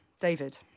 David